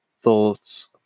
thoughts